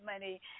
money